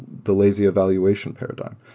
the lazy evaluation paradigm.